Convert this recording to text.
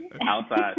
Outside